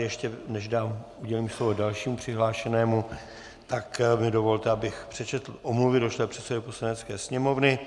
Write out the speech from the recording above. Ještě než udělím slovo dalšímu přihlášenému, tak mi dovolte, abych přečetl omluvy došlé předsedovi Poslanecké sněmovny.